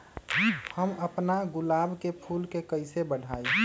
हम अपना गुलाब के फूल के कईसे बढ़ाई?